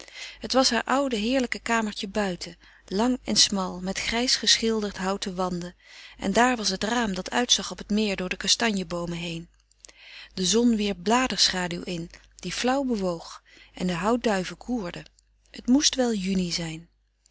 het was haar oude heerlijke kamertje buiten lang en smal met grijs geschilderd houten wanden en daar was het raam dat uitzag op het meer door de kastanjeboomen heen de zon wierp bladerschaduw in die flauw bewoog en de houtduiven koerden het moest wel juni zijn